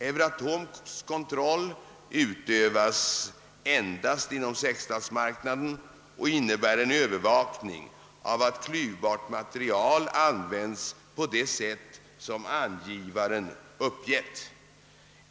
Euratoms kontroll utövas endast inom sexstatsmarknaden och innebär en övervakning av att klyvbart material används på det sätt som anvisaren uppgett.